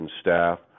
staff